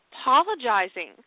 apologizing